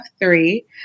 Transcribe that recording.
three